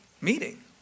meeting